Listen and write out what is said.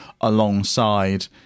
alongside